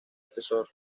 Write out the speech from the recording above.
espesor